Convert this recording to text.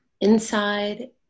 inside